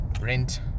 rent